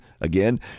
again